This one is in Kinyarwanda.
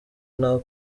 nta